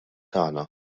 tagħna